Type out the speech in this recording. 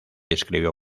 escribió